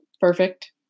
Perfect